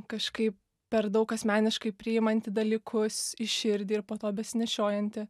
kažkai per daug asmeniškai priimanti dalykus į širdį ir po to besinešiojanti